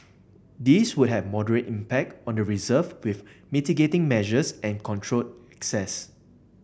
these would have moderate impact on the reserve with mitigating measures and controlled access